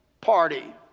party